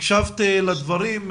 הקשבת לדברים,